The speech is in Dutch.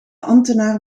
ambtenaar